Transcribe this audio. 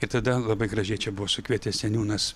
ir tada labai gražiai čia buvo sukvietęs seniūnas